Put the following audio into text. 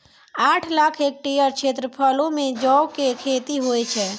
आठ लाख हेक्टेयर क्षेत्रफलो मे जौ के खेती होय छै